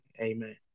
Amen